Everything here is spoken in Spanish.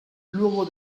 luego